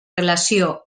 relació